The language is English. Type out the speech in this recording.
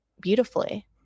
beautifully